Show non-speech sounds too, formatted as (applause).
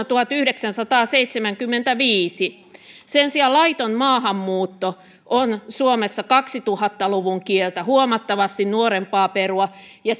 (unintelligible) tuhatyhdeksänsataaseitsemänkymmentäviisi sen sijaan laiton maahanmuutto on suomessa kaksituhatta luvun kieltä huomattavasti nuorempaa perua ja (unintelligible)